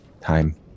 time